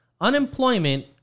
Unemployment